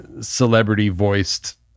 celebrity-voiced